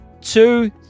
two